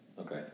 Okay